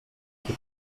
que